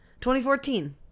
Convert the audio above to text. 2014